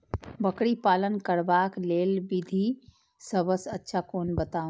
बकरी पालन करबाक लेल विधि सबसँ अच्छा कोन बताउ?